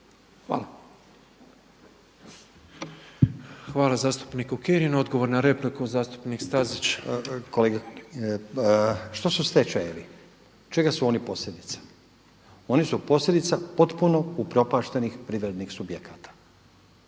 Hvala zastupniku Kirinu. Odgovor na repliku zastupnik Stazić. **Stazić, Nenad (SDP)** Hvala. Što su stečajevi? Čega su oni posljedica? Oni su posljedica potpuno upropaštenih privrednih subjekata.